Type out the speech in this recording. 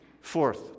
Fourth